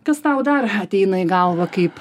kas tau dar ateina į galvą kaip